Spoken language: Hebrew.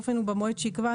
באופן ובמועד שיקבע,